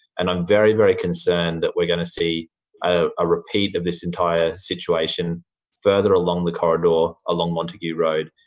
and i'm very, very concerned that we're going to see a repeat of this entire situation further along the corridor, along montague road,